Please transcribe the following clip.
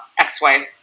XY